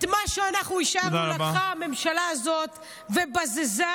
את מה שאנחנו השארנו לקחה הממשלה הזאת ובזזה,